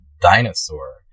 dinosaur